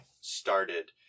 started